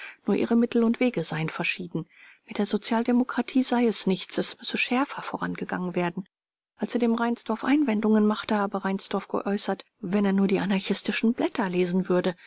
nur ihre mittel und wege seien verschieden mit der sozialdemokratie sei es nichts es müsse schärfer vorgegangen werden als er dem reinsdorf einwendungen machte habe reinsdorf geäußert wenn er nur die anarchistischen blätter lesen würde